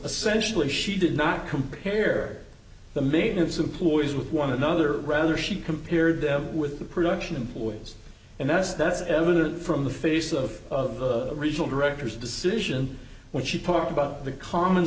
essentially she did not compare the manus employees with one another rather she compared them with the production employees and that's that's evident from the face of the regional directors decision when she talked about the common